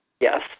Yes